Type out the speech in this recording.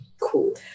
cool